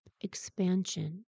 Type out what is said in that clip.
expansion